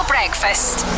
Breakfast